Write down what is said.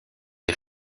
est